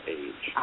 age